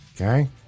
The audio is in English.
Okay